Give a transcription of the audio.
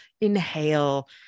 inhale